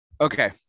Okay